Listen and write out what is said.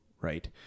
right